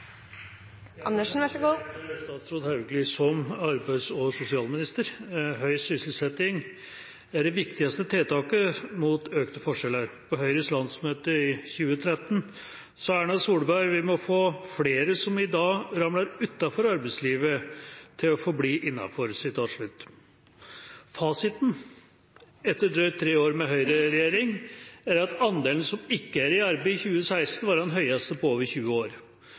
som arbeids- og sosialminister: «Høy sysselsetting er det viktigste tiltaket mot økte forskjeller. På Høyres landsmøte i 2013 sa Erna Solberg: «Vi må få flere som i dag ramler utenfor arbeidslivet til å forbli innenfor.» Fasiten etter drøyt tre år med Høyre-regjering er at andelen som ikke er i arbeid i 2016, var den høyeste på over 20 år.